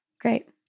Great